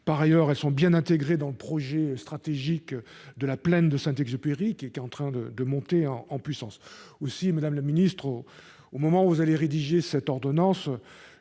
Par ailleurs, elles sont bien intégrées dans le projet stratégique de la plaine de Saint-Exupéry, qui est en train de monter en puissance. Aussi, madame la ministre, au moment où vous vous apprêtez à rédiger cette ordonnance,